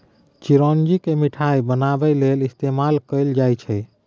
चिरौंजी केँ मिठाई बनाबै लेल इस्तेमाल कएल जाई छै